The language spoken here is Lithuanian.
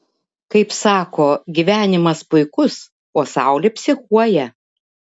kaip sako gyvenimas puikus o saulė psichuoja